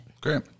Great